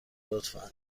لطفا